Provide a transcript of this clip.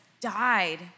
died